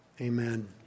Amen